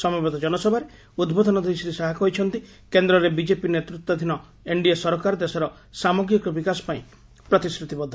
ସମବେତ ଜନସଭାରେ ଉଦ୍ବୋଧନ ଦେଇ ଶ୍ରୀ ଶାହା କହିଛନ୍ତି କେନ୍ଦ୍ରରେ ବିଜେପି ନେତୃତ୍ୱାଧୀନ ଏନ୍ଡିଏ ସରକାର ଦେଶର ସାମଗ୍ରିକ ବିକାଶ ପାଇଁ ପ୍ରତିଶ୍ରୁତିବଦ୍ଧ